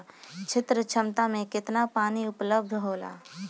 क्षेत्र क्षमता में केतना पानी उपलब्ध होला?